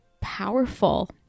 powerful